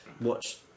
watch